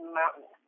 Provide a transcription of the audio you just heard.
mountain